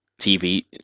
TV